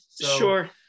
sure